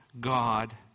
God